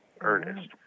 Ernest